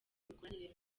imikoranire